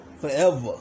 Forever